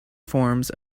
forms